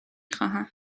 خواهم